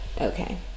Okay